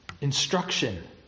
instruction